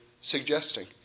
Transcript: suggesting